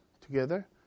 together